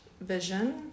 vision